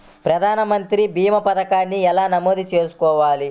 ప్రధాన మంత్రి భీమా పతకాన్ని ఎలా నమోదు చేసుకోవాలి?